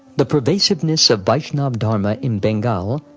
the pervasiveness of vaishnava dharma in bengal,